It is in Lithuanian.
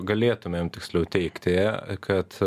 galėtumėm tiksliau teigti kad